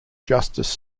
justice